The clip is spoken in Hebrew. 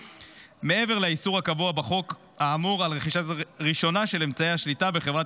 מעבר לאיסור הקבוע בחוק האמור על רכישה ראשונה של אמצעי שליטה בחברת